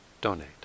donate